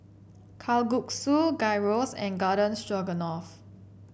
Kalguksu Gyros and Garden Stroganoff